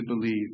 believe